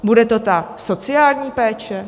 Bude to ta sociální péče?